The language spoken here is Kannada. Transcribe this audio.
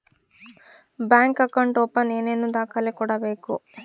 ಬ್ಯಾಂಕ್ ಅಕೌಂಟ್ ಓಪನ್ ಏನೇನು ದಾಖಲೆ ಕೊಡಬೇಕು?